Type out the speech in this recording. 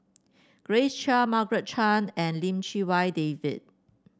Grace Chia Margaret Chan and Lim Chee Wai David